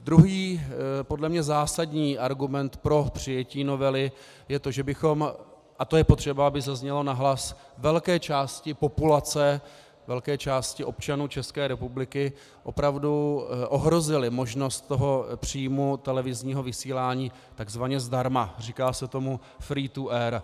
Druhý podle mě zásadní argument pro přijetí novely je to, že bychom, a to je potřeba, aby zaznělo nahlas, velké části populace, velké části občanů České republiky opravdu ohrozili možnost příjmu televizního vysílání takzvaně zdarma, říká se tomu freetoair.